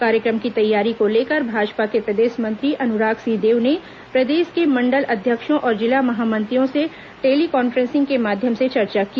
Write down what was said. कार्यक्रम की तैयारी को लेकर भाजपा के प्रदेश मंत्री अनुराग सिंहदेव ने प्रदेश के मंडल अध्यक्षों और जिला महामंत्रियों से टेली कान्फ्रेंसिंग के माध्यम से चर्चा की